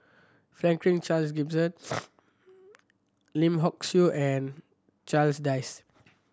Franklin Charles Gimson Lim Hock Siew and Charles Dyce